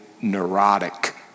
Neurotic